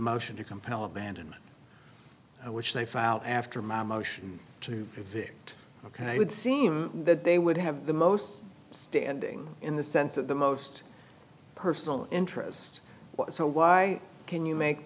motion to compel abandonment which they filed after my motion to evict ok would seem that they would have the most standing in the sense of the most personal interest so why can you make